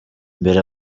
mbere